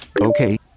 Okay